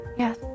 Yes